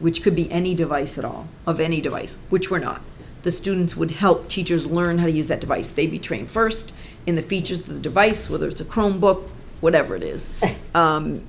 which could be any device at all of any device which we're not the students would help teachers learn how to use that device they be trained first in the features of the device whether it's a chromebook whatever it is